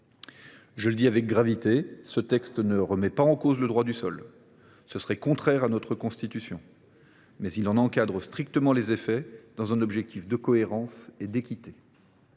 Je le dis avec gravité : ce texte ne remet pas en cause le droit du sol – ce serait contraire à notre Constitution –, mais il en encadre strictement les effets, par souci de cohérence et d’équité.